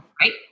Right